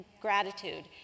gratitude